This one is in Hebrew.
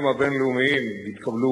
הכנסת,